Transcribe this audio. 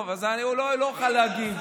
טוב, אז הוא לא יוכל להגיב.